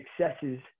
successes